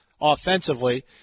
offensively